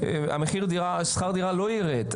שכר הדירה לא יירד,